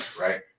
right